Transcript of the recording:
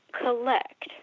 collect